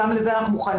אז גם לזה אנחנו מוכנים,